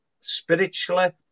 spiritually